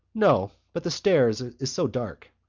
no, but the stairs is so dark.